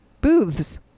Booths